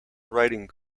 writing